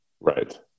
Right